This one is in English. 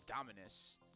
Dominus